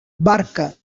barca